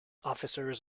officers